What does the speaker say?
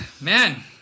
man